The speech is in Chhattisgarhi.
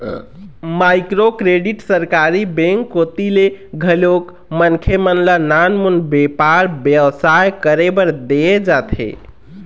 माइक्रो क्रेडिट सरकारी बेंक कोती ले घलोक मनखे मन ल नानमुन बेपार बेवसाय करे बर देय जाथे